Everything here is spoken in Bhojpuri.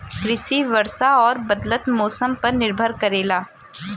कृषि वर्षा और बदलत मौसम पर निर्भर करेला